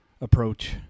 approach